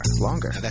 longer